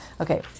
Okay